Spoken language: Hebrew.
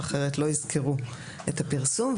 אחרת לא יזכרו את הפרסום.